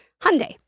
Hyundai